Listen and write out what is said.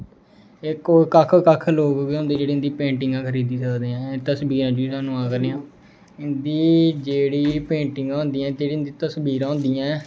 एह् कक्ख कक्ख लोग गै होंदे ऐ जेह्ड़े इं'दी पेंटिंगां खरीदी सकदे ऐं तस्वीरां नोआ करदे आं इं'दी जेह्ड़ी पेंटिंग होंदी ऐ इं'दी जेह्ड़ी इं'दी तस्वीरां होंदियां ऐं